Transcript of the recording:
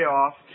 off